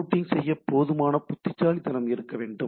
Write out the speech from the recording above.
routing செய்ய போதுமான புத்திசாலித்தனம் இருக்க வேண்டும்